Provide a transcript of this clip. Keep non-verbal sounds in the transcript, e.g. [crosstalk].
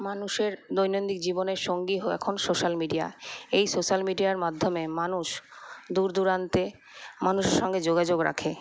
মানুষের দৈনন্দিন জীবনের সঙ্গী [unintelligible] এখন সোশ্যাল মিডিয়া এই সোশ্যাল মিডিয়ার মাধ্যমে মানুষ দূর দূরান্তে মানুষের সঙ্গে যোগাযোগ রাখে